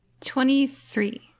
Twenty-three